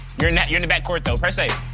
you're not you're in the backcourt, though. press a.